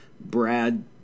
Brad